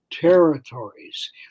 territories